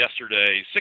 yesterday